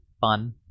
fun